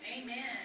Amen